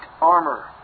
armor